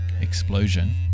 explosion